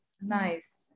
nice